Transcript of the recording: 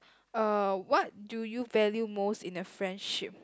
uh what do you value most in a friendship